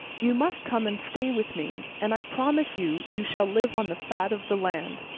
you must come and stay with me, and i promise you you shall live on the fat of the land.